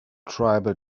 tribal